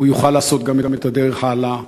הוא יוכל לעשות גם את הדרך הלאה.